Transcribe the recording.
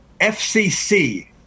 FCC